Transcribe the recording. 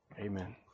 Amen